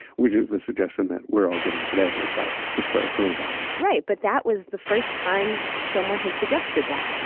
which is the suggestion that we're all getting today to stop the spread of coronavirus right. but that was the first time someone had suggested that.